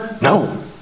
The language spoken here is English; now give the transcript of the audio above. No